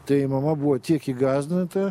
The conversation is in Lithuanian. tai mama buvo tiek įgąsdinta